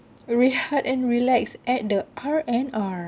rehat and relax at the R&R